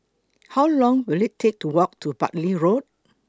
How Long Will IT Take to Walk to Bartley Road